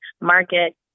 market